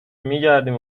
میگردیم